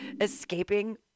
escaping